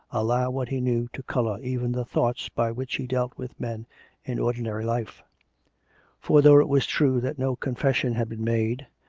allow what he knew to colour even the thoughts by which he dealt with men in ordinary life for though it was true that no confession had been made,